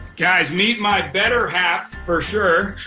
guys, meet my better half, for sure.